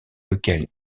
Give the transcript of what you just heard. lequel